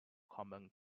common